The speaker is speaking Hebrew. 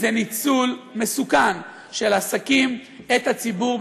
זה ניצול מסוכן של העסקים את הציבור,